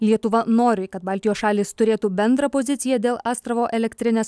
lietuva nori kad baltijos šalys turėtų bendrą poziciją dėl astravo elektrinės